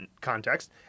context